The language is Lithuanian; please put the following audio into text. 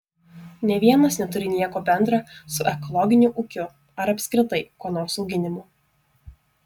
nė vienas neturi nieko bendra su ekologiniu ūkiu ar apskritai ko nors auginimu